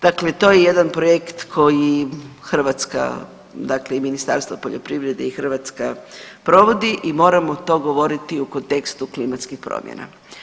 Dakle, to je jedan projekt koji Hrvatska dakle i Ministarstvo poljoprivrede i Hrvatska provoditi i moramo to govoriti u kontekstu klimatskih promjena.